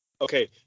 okay